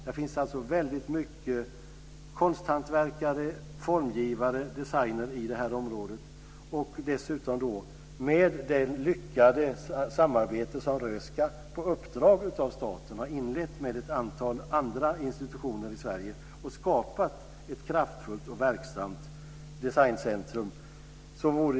Det finns många konsthantverkare, formgivare och designer i området. Dessutom finns det ett lyckat samarbete som Röhsska, på uppdrag av staten, har inlett med ett antal andra institutioner i Sverige och har därmed skapat ett kraftfullt och verksamt designcentrum.